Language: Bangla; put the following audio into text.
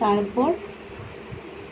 তারপর